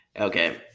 Okay